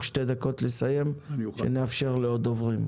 שתי דקות לסיים כדי שנאפשר לעוד דוברים.